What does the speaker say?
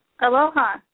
Aloha